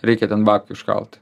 reikia ten babkių užkalt